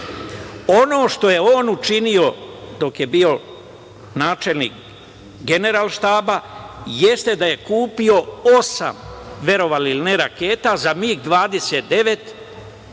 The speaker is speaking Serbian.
Ono što je on učino, dok je bio načelnik Generalštaba, jeste da je kupio osam, verovali ili ne, raketa za MIG-29,